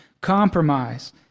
compromise